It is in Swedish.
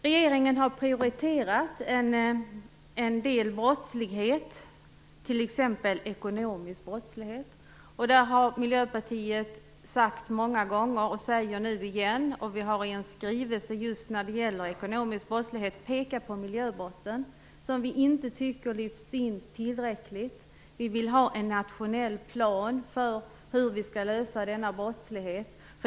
Regeringen har prioriterat en del brottslighet, t.ex. ekonomisk brottslighet. Vi har i en skrivelse när det gäller ekonomisk brottslighet pekat på miljöbrotten, som vi inte tycker lyfts in tillräckligt. Miljöpartiet har sagt detta många gånger, och vi säger det nu igen. Vi vill ha en nationell plan för hur vi skall lösa denna brottslighet.